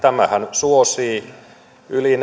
suosii yli